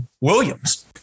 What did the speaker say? Williams